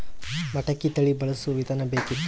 ಮಟಕಿ ತಳಿ ಬಳಸುವ ವಿಧಾನ ಬೇಕಿತ್ತು?